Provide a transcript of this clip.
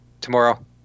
Tomorrow